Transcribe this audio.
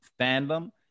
fandom